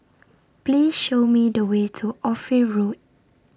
Please Show Me The Way to Ophir Road